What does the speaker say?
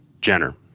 Jenner